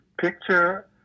picture